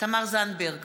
תמר זנדברג,